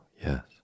Yes